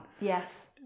Yes